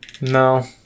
No